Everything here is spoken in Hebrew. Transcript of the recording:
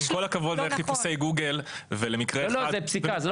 עם כל הכבוד לחיפושי גוגל ולמקרה אחד -- זה פסיקה.